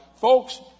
folks